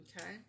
okay